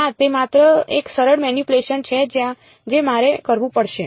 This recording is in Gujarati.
ના તે માત્ર એક સરળ મેનીપ્યુલેશન છે જે મારે કરવું પડશે